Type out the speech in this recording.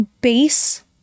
base